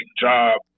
job